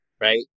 right